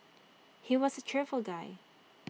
he was A cheerful guy